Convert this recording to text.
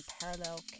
Parallel